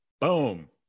Boom